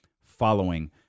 following